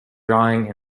drawing